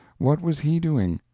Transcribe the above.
what was he doing?